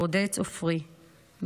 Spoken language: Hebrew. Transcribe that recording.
ברודץ עופרי,